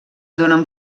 donen